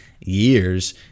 years